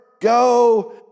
Go